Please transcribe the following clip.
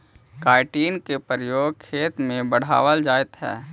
chitin के प्रयोग खेत में बढ़ावल जाइत हई